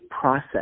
process